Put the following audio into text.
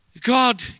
God